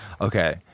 Okay